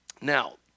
now